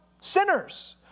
sinners